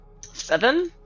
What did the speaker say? Seven